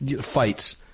fights